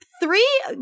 Three